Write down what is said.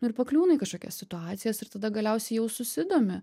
nu ir pakliūna į kažkokias situacijas ir tada galiausiai jau susidomi